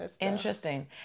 interesting